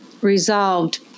resolved